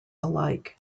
alike